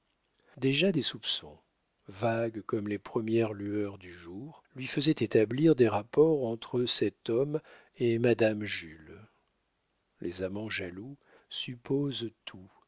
déjà des soupçons vagues comme les premières lueurs du jour lui faisaient établir des rapports entre cet homme et madame jules les amants jaloux supposent tout